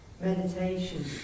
meditation